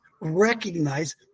recognize